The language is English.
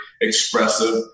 expressive